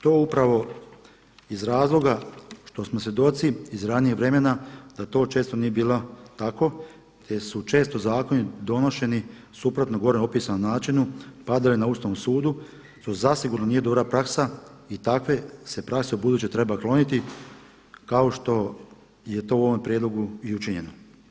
To upravo iz razloga što smo svjedoci iz ranijeg vremena da to često nije bilo tako te su često zakoni donošeni suprotno gore opisanom načinu, padaju na Ustavnom sudu, su zasigurno nije dobra praksa i takve se prakse ubuduće treba kloniti kao što je to u ovom prijedlogu i učinjeno.